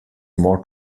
more